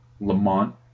Lamont